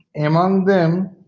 among them,